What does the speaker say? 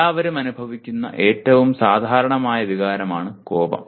എല്ലാവരും അനുഭവിക്കുന്ന ഏറ്റവും സാധാരണമായ വികാരമാണ് കോപം